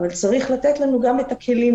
אבל צריך לתת לנו גם את הכלים,